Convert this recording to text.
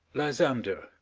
lysander.